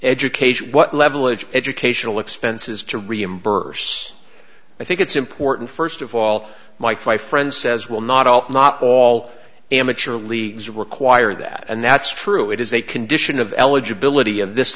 education what level of educational expenses to reimburse i think it's important first of all my friend says well not all not all amateur or leagues require that and that's true it is a condition of eligibility of this